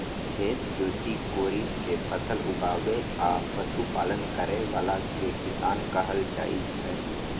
खेत जोति कोड़ि कें फसल उगाबै आ पशुपालन करै बला कें किसान कहल जाइ छै